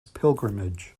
pilgrimage